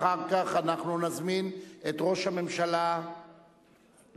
אחר כך אנחנו נזמין את ראש הממשלה לומר